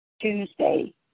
Tuesday